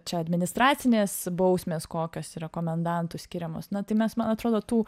čia administracinės bausmės kokios yra komendantų skiriamos na tai mes man atrodo tų